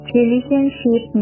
relationship